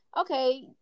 okay